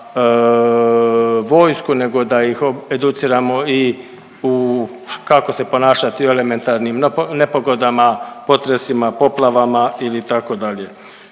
vojsku, nego da ih educiramo i u kako se ponašati u elementarnim nepogodama, potresima, poplavama ili tako dalje.